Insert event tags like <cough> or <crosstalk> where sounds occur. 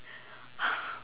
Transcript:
<noise>